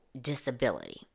disability